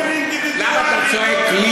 זה באופן אינדיבידואלי --- למה אתה צועק לי